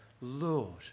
Lord